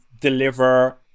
deliver